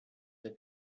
were